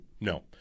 No